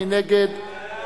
מי נגד?